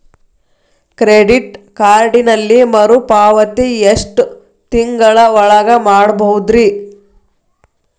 Credit ಕಾರ್ಡಿನಲ್ಲಿ ಮರುಪಾವತಿ ಎಷ್ಟು ತಿಂಗಳ ಒಳಗ ಮಾಡಬಹುದ್ರಿ?